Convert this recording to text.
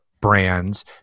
brands